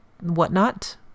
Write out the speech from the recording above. whatnot